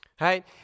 right